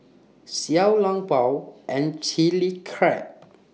Xiao Long Bao and Chilli Crab